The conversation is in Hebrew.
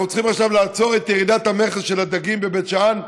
אנחנו צריכים עכשיו לעצור את ירידת המכס של הדגים בבית שאן,